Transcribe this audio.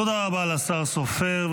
תודה רבה לשר סופר.